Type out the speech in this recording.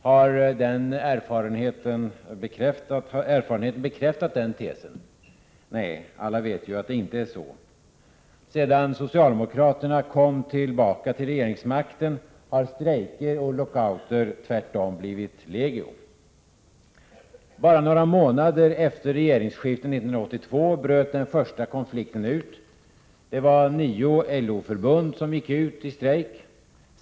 Har erfarenheten bekräftat den tesen? Nej, alla vet att det inte är så. Sedan socialdemokraterna kom tillbaka till regeringsmakten har strejker och lockouter tvärtom blivit legio. Bara några månader efter regeringsskiftet 1982 bröt den första konflikten ut. Det var nio LO-förbund som gick ut i strejk.